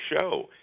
show